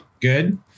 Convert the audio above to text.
good